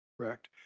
Correct